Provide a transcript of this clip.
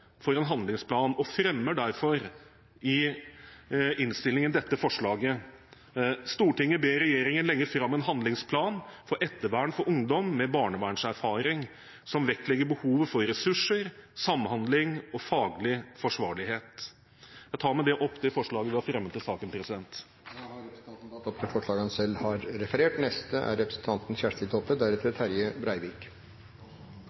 for en handlingsplan og fremmer derfor i innstillingen dette forslaget: «Stortinget ber regjeringen legge frem en handlingsplan for ettervern for ungdom med barnevernserfaring, som vektlegger behovet for ressurser, samhandling og faglig forsvarlighet.» Jeg tar med det opp det forslaget vi har fremmet i saken. Representanten Geir Jørgen Bekkevold har tatt opp det forslaget han refererte. Det er eit veldig godt representantforslag som Venstre har fremja i denne saka. Det er